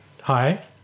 Hi